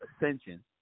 ascension